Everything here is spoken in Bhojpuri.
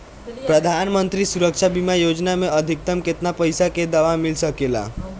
प्रधानमंत्री सुरक्षा बीमा योजना मे अधिक्तम केतना पइसा के दवा मिल सके ला?